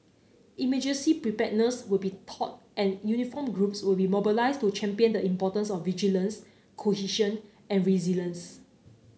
emergency preparedness will be taught and uniformed groups will be mobilised to champion the importance of vigilance cohesion and resilience